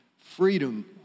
freedom